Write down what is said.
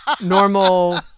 normal